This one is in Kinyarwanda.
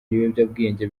ibiyobyabwenge